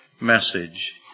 message